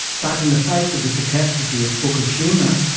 but in the face of the catastrophe of fukushima,